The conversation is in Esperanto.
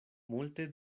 multe